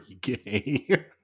gay